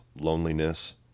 loneliness